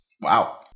Wow